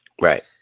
Right